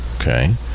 Okay